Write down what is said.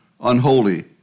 unholy